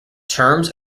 terms